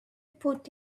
put